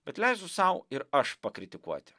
bet leisiu sau ir aš pakritikuoti